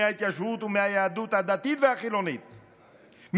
מההתיישבות ומהיהדות הדתית והחילונית,